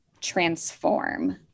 transform